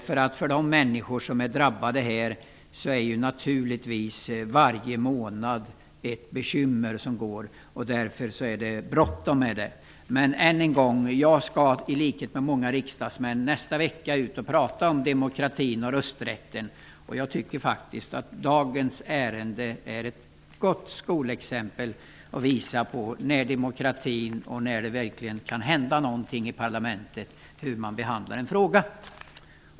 För de människor som är drabbade är varje månad ett bekymmer. Därför är det bråttom. Jag skall i likhet med många andra riksdagsmän nästa vecka ut och tala om demokrati och rösträtt. Jag tycker faktiskt att detta ärende är ett gott skolexempel på när demokratin fungerar och när det verkligen kan hända någonting i parlamentet.